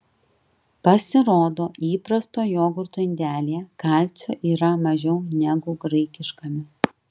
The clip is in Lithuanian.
pasirodo įprasto jogurto indelyje kalcio yra mažiau negu graikiškame